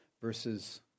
verses